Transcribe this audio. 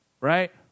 Right